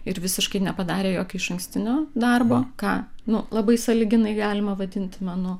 ir visiškai nepadarė jokio išankstinio darbo ką nu labai sąlyginai galima vadinti menu